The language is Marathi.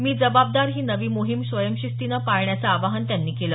मी जबाबदार ही नवी मोहिम स्वयंशिस्तीने पाळण्याचं आवाहन त्यांनी केलं